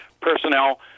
personnel